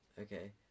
Okay